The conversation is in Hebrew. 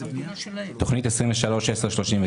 תכנית 23-10-39,